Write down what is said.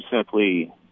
simply